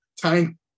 time